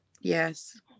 Yes